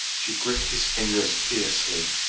she gripped his fingers fiercely.